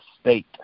state